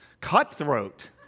cutthroat